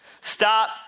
Stop